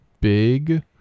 big